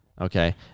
Okay